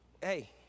hey